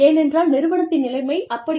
ஏனென்றால் நிறுவனத்தின் நிலைமை அப்படி